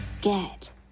Get